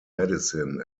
medicine